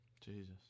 Jesus